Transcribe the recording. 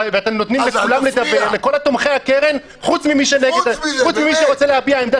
ואתם נותנים לכל תומכי הקרן חוץ ממי שרוצה להביע עמדה